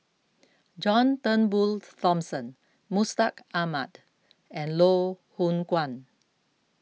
John Turnbull Thomson Mustaq Ahmad and Loh Hoong Kwan